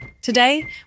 Today